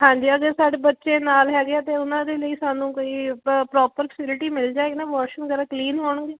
ਹਾਂਜੀ ਅਗਰ ਸਾਡੇ ਬੱਚੇ ਨਾਲ ਹੈਗੇ ਹੈ ਅਤੇ ਉਹਨਾਂ ਦੇ ਲਈ ਸਾਨੂੰ ਕਈ ਪ ਪ੍ਰੋਪਰ ਫਸਿਲਿਟੀ ਮਿਲ ਜਾਏਗੀ ਨਾ ਵੋਸ਼ਰੂਮ ਵਗੈਰਾ ਕਲੀਨ ਹੋਣਗੇ